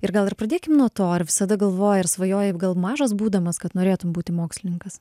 ir gal ir pradėkim nuo to ar visada galvojai ir svajojai gal mažas būdamas kad norėtum būti mokslininkas